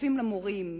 שמתחצפים למורים,